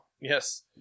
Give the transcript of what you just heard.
yes